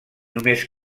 només